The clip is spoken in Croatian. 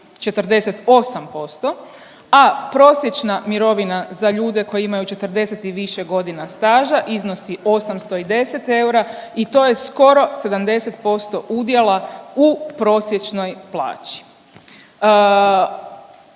48%, a prosječna mirovina za ljude koji imaju 40 i više godina staža iznosi 810 eura i to je skoro 70% udjela u prosječnoj plaći.